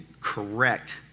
correct